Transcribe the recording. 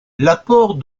l’apport